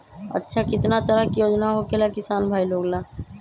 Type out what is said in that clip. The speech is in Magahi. अच्छा कितना तरह के योजना होखेला किसान भाई लोग ला?